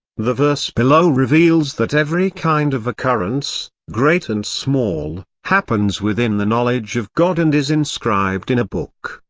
the verse below reveals that every kind of occurrence, great and small, happens within the knowledge of god and is inscribed in a book.